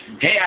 hey